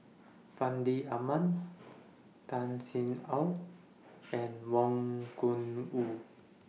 Fandi Ahmad Tan Sin Aun and Wang Gungwu